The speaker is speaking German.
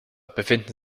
befinden